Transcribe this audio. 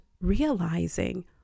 realizing